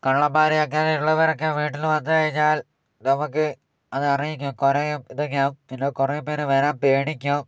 കള്ളന്മാര് അങ്ങനെയുള്ളവരൊക്കെ വീട്ടിൽ വന്നു കഴിഞ്ഞാൽ നമുക്ക് അത് അറിയിക്കും കുരയും ഇതൊക്കെയാകും പിന്നെ കുറേപേർ വരാൻ പേടിക്കും